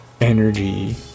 energy